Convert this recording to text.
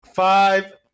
five